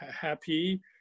happy